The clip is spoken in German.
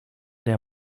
der